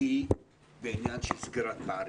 היא בעניין סגירת פערים.